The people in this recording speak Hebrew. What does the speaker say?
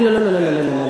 לא, לא, לא.